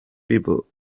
peoples